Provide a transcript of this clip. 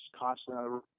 constantly